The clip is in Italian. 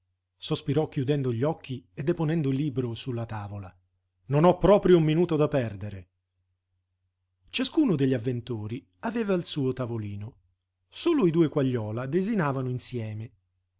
sospirò chiudendo gli occhi e deponendo il libro su la tavola non ho proprio un minuto da perdere ciascuno degli avventori aveva il suo tavolino solo i due quagliola desinavano insieme